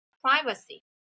Privacy